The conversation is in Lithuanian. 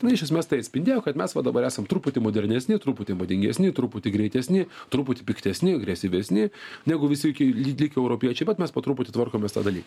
iš esmės tai atspindėjo kad mes va dabar esam truputį modernesni truputį būdingesni truputį greitesni truputį piktesni agresyvesni negu visi iki likę europiečiai bet mes po truputį tvarkomės tą daly